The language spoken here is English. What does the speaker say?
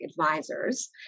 advisors